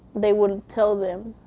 they would tell them,